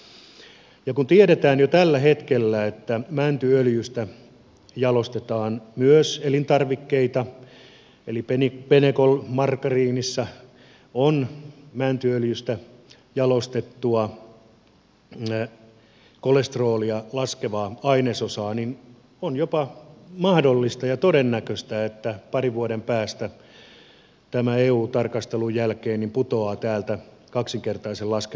ja kun tiedetään jo tällä hetkellä että mäntyöljystä jalostetaan myös elintarvikkeita eli benecol margariinissa on mäntyöljystä jalostettua kolesterolia laskevaa ainesosaa niin on jopa mahdollista ja todennäköistä että parin vuoden päästä tämän eu tarkastelun jälkeen se putoaa kaksinkertaisen laskennan piiristä